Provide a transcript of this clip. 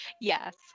Yes